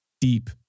deep